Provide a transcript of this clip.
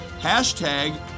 hashtag